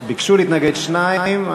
ביקשו להתנגד שניים.